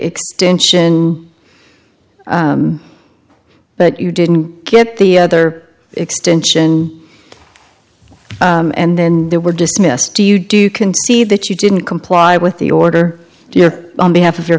extension but you didn't get the other extension and then they were dismissed do you do you can see that you didn't comply with the order on behalf of your